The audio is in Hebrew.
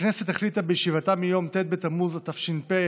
הכנסת החליטה בישיבתה מיום ט' בתמוז התש"ף,